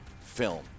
film